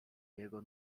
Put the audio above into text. jego